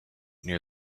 near